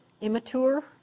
immature